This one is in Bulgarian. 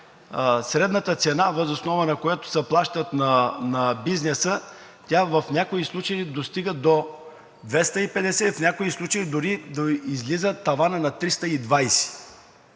средната цена, въз основа на която се плаща на бизнеса, в някои случаи достига до 250 лв., в някои случаи дори таванът излиза на 320